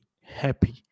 happy